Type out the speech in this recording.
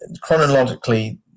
chronologically